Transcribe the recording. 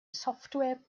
software